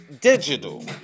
digital